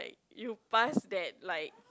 you past that like